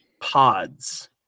pods